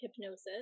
hypnosis